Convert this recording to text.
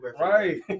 Right